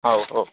ହଉ ହଉ